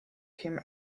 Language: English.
him